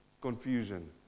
Confusion